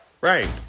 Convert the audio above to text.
Right